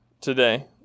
today